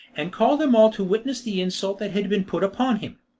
and called them all to witness the insult that had been put upon him.